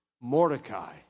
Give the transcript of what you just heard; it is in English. Mordecai